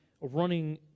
running